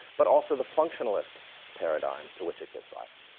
but also the functionalist paradigm to which it gives rise.